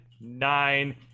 nine